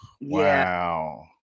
wow